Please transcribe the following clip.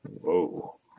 Whoa